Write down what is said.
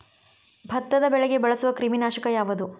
ಭತ್ತದ ಬೆಳೆಗೆ ಬಳಸುವ ಕ್ರಿಮಿ ನಾಶಕ ಯಾವುದು?